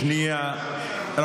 שנייה,